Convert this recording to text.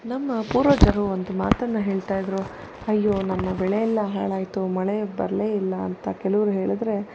ನಮ್ಮ ಪೂರ್ವಜರು ಒಂದು ಮಾತನ್ನು ಹೇಳ್ತಾಯಿದ್ದರು ಅಯ್ಯೋ ನನ್ನ ಬೆಳೆಯೆಲ್ಲ ಹಾಳಾಯ್ತು ಮಳೆ ಬರಲೆ ಇಲ್ಲ ಅಂತ ಕೆಲವರು ಹೇಳಿದ್ರೆ